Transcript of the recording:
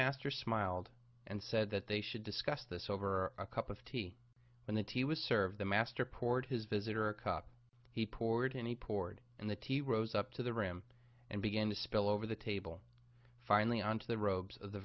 master smiled and said that they should discuss this over a cup of tea when the tea was served the master poured his visitor a cup he poured and he poured and the tea rose up to the room and began to spill over the table finally on to the robes